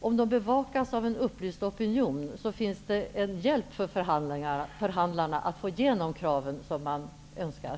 Om dessa bevakas av en upplyst opinion, finns därmed en hjälp för förhandlarna att få igenom kraven som man önskar.